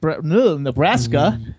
Nebraska